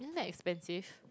isn't that expensive